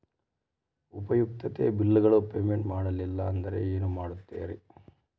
ಉಪಯುಕ್ತತೆ ಬಿಲ್ಲುಗಳ ಪೇಮೆಂಟ್ ಮಾಡಲಿಲ್ಲ ಅಂದರೆ ಏನು ಮಾಡುತ್ತೇರಿ?